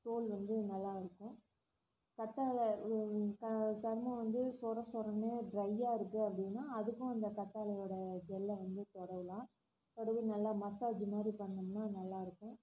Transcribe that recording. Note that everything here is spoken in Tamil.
தோல் வந்து நல்லா இருக்கும் கற்றாழை இது சருமம் வந்து சொர சொரன்னு ட்ரையாக இருக்குது அப்படின்னா அதுக்கும் இந்த கத்தாழையோட ஜெல்லை வந்து தடவலாம் தடவி நல்லா மசாஜ் மாதிரி பண்ணுனோம்னால் நல்லா இருக்கும்